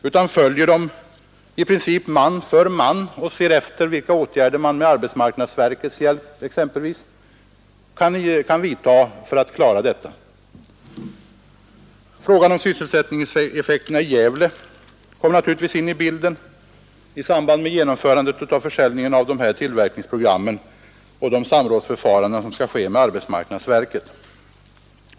Vi följer dem och ser efter vilka åtgärder vi exempelvis med arbetsmarknadsverkets hjälp kan vidta för att klara sysselsättningen för Frågan om sysselsättningseffekterna i Gävle kommer naturligtvis in i Torsdagen den bilden i samband med försäljningen av tillverkningsprogrammet och de 4 maj 1972 samrådsförfaranden som skall ske med arbetsmarknadsverket.